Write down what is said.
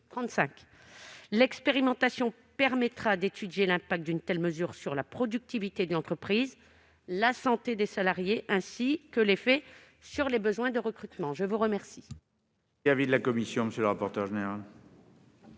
L'expérimentation permettra d'étudier l'impact d'une telle mesure sur la productivité de l'entreprise, la santé des salariés, ainsi que son effet sur les besoins en termes de recrutement.